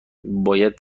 باید